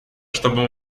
чтобы